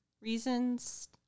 reasons